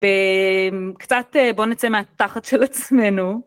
קצת בוא נצא מהתחת של עצמנו.